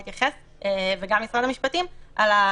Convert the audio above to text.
הדבר השני זה כרגע כניסה דרך מעבר טאבה שהיא